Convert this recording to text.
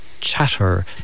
chatter